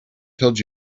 told